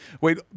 Wait